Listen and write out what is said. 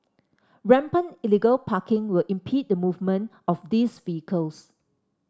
rampant illegal parking will impede the movement of these vehicles